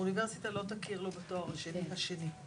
האוניברסיטה לא תכיר להם בתואר השני המקוצר.